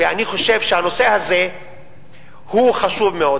ואני חושב שהנושא הזה חשוב מאוד,